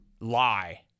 Lie